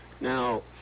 Now